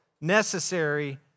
necessary